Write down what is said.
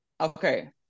Okay